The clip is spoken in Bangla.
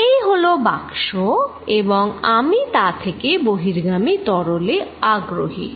এই হলো বাক্স এবং আমি তা থেকে বহির্গামী তরলে আগ্রহী